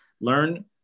learn